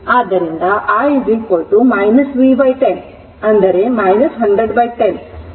ಆದ್ದರಿಂದ i v 10 10010 10 ampere ಆಗುತ್ತದೆ